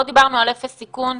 לא דיברנו על אפס סיכון,